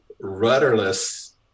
rudderless